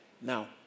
Now